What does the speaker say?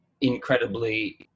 incredibly